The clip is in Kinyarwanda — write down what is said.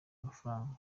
amafaranga